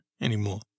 anymore